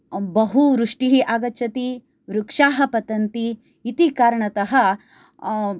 बहु बृष्टिः आगच्छति वृक्षाः पतन्ति इति कारणतः